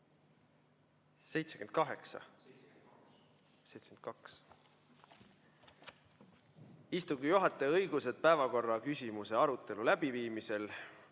1]: Istungi juhataja õigused päevakorraküsimuse arutelu läbiviimisel.